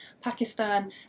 pakistan